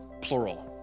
Plural